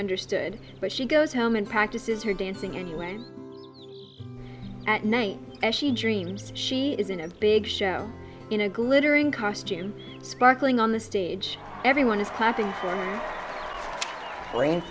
understood but she goes home and practices her dancing anyway at night and she dreams she is in a big show in a glittering costume sparkling on the stage everyone is clapp